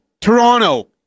Toronto